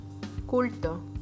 Culto